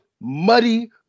muddy